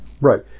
Right